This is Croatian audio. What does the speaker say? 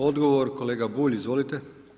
Odgovor kolega Bulj, izvolite.